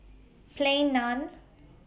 Plain Naan